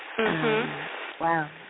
Wow